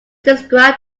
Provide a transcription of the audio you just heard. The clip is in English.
describe